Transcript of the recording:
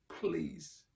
please